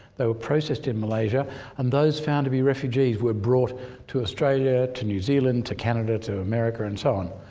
they were processed in malaysia and those found to be refugees were brought to australia, to new zealand, to canada, to america, and so on.